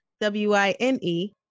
W-I-N-E